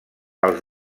als